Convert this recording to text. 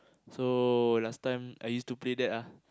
so last time I used to play that ah